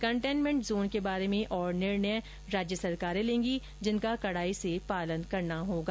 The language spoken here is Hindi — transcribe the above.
कंटेंनमेंट जोन के बारे में और निर्णय राज्य सरकारें लेंगी जिनका कड़ाई से पालन करना होगा